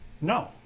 No